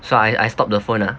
so I I stop the phone ah